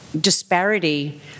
disparity